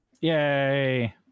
Yay